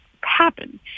happen